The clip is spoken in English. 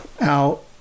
out